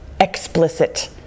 explicit